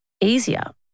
easier